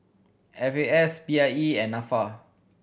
F A S P I E and Nafa